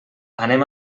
anem